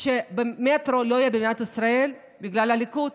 שמטרו לא יהיה במדינת ישראל בגלל הליכוד